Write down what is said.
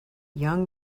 young